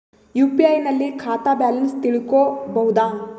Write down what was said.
UPI ನಲ್ಲಿ ಖಾತಾ balance ತಿಳಕೊ ಬಹುದಾ?